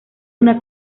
una